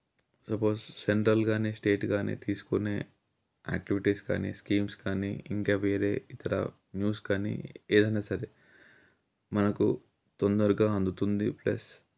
suppose central కానీ state కానీ తీసుకునే యాక్టివిటీస్ కానీ స్కీమ్స్ కానీ ఇంకా వేరే ఇతర న్యూస్ కానీ ఏదైనా సరే మనకు తొందరగా అందుతుంది ప్లస్